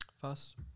First